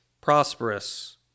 prosperous